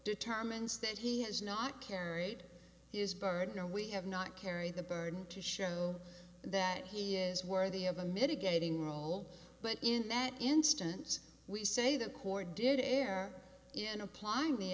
determines that he has not carried his burden know we have not carry the burden to show that he is worthy of a mitigating role but in that instance we say the court did err in applying the